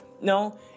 No